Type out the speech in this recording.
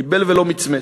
קיבל ולא מצמץ.